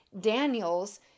Daniel's